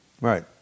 Right